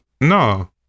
No